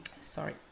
sorry